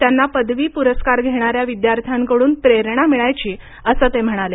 त्यांना पदवी पुरस्कार घेणाऱ्या विद्यार्थ्यांकडून प्रेरणा मिळायची असं ते म्हणाले